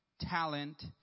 talent